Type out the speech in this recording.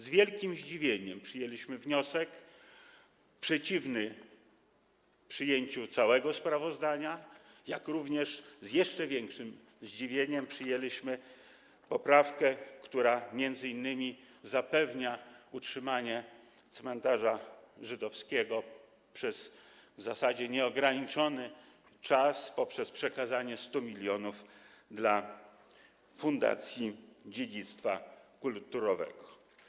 Z wielkim zdziwieniem przyjęliśmy wniosek przeciw przyjęciu całego sprawozdania, jak również z jeszcze większym zdziwieniem przyjęliśmy poprawkę, która m.in. zapewnia utrzymanie cmentarza żydowskiego przez w zasadzie nieograniczony czas dzięki przekazaniu 100 mln dla Fundacji Dziedzictwa Kulturowego.